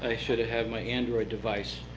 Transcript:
i should have my android device.